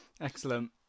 Excellent